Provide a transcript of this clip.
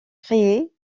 créée